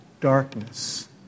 darkness